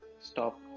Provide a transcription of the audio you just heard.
Stop